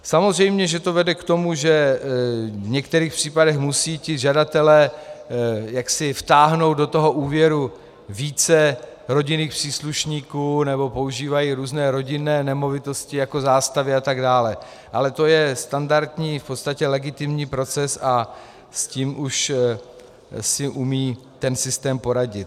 Samozřejmě, že to vede k tomu, že v některých případech musí žadatelé vtáhnout do toho úvěru více rodinných příslušníků nebo používají různé rodinné nemovitosti jako zástavy a tak dále, ale to je standardní, v podstatě legitimní proces a s tím už si umí ten systém poradit.